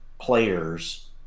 players